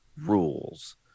rules